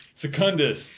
Secundus